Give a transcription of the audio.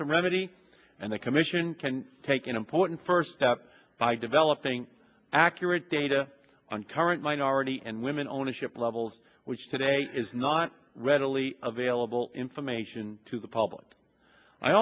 to remedy and the commission can take an important first step by developing accurate data on current minority and women ownership levels which today is not readily available information to the public i